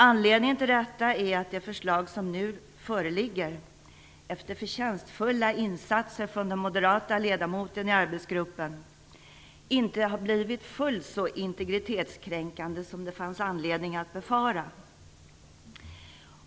Anledningen till detta är att det förslag som nu föreligger - efter förtjänstfulla insatser från den moderate ledamoten i arbetsgruppen - inte har blivit fullt så integritetskränkande som det fanns anledning att befara.